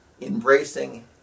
embracing